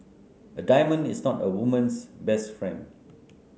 a diamond is not a woman's best friend